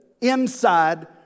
inside